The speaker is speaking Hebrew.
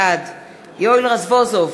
בעד יואל רזבוזוב,